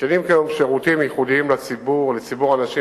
ניתנים כיום שירותים ייחודיים לציבור האנשים